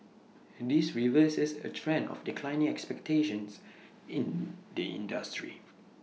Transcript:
this reverses A trend of declining expectations in the industry